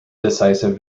decisive